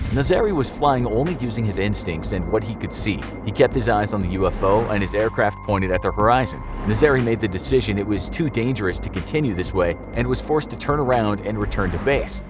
nazeri was flying only using his instincts and what he could see. he kept his eyes on the ufo and his aircraft pointed at the horizon. nazeri made the decision it was too dangerous to continue this way and was forced to turn around and return to base.